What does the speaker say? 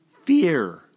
fear